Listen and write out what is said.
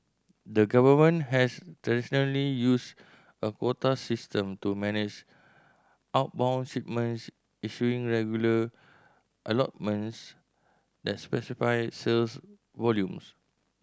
the government has traditionally used a quota system to manage outbound shipments issuing regular allotments that specify sales volumes